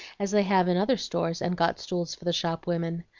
as they have in other stores and got stools for the shop women.